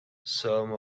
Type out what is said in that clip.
some